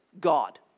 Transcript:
God